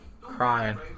Crying